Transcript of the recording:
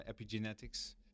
epigenetics